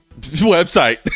Website